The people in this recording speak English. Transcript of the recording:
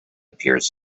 peers